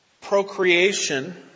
Procreation